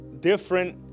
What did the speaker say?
different